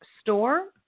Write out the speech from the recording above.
store